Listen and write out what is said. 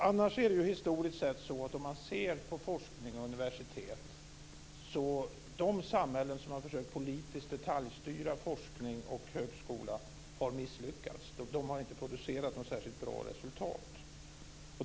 Annars är det historiskt sett så att om man ser på forskning och universitet så har de samhällen som har försökt att politiskt detaljstyra forskning och högskola misslyckats. De har inte producerat något särskilt bra resultat.